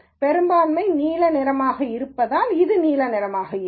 பெரும்பான்மை நீல நிறமாக இருப்பதால் இது நீல நிறமாக இருக்கும்